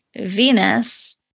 Venus